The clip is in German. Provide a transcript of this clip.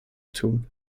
tun